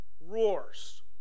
roars